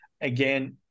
Again